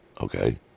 okay